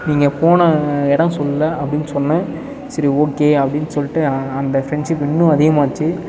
நீங்கள் போன இடம் சொல்லல அப்படினு சொன்னேன் சரி ஓகே அப்படினு சொல்லிட்டு அந்த ஃப்ரண்ட்ஷிப் இன்னும் அதிகமாச்சு